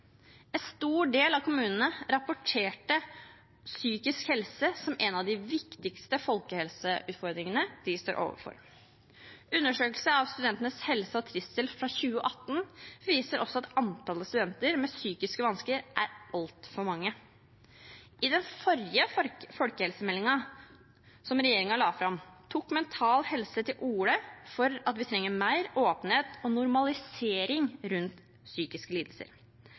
En stor del av kommunene rapporterte psykisk helse som en av de viktigste folkehelseutfordringene de står overfor. Undersøkelsen av studentenes helse og trivsel fra 2018 viser også at antallet studenter med psykiske vansker er altfor mange. I den forrige folkehelsemeldingen som regjeringen la fram, tok Mental Helse til orde for at vi trenger mer åpenhet og normalisering rundt psykiske lidelser.